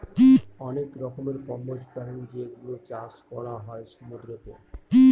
অনেক রকমের কম্বোজ প্রাণী যেগুলোর চাষ করা হয় সমুদ্রতে